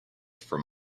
from